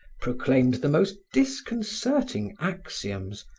proclaimed the most disconcerting axioms,